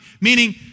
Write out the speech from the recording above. meaning